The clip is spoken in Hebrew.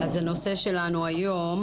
הנושא שלנו היום